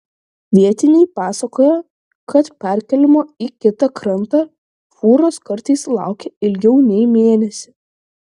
vietiniai pasakoja kad perkėlimo į kitą krantą fūros kartais laukia ilgiau nei mėnesį